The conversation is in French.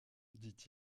dit